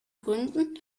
gründen